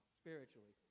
spiritually